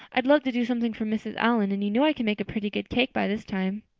i'd love to do something for mrs. allan, and you know i can make a pretty good cake by this time.